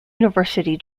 university